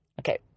Okay